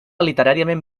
literàriament